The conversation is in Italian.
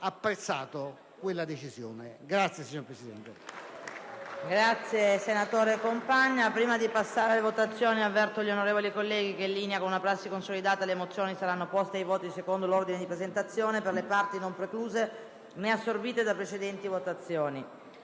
apprezzato quella decisione.